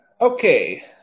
Okay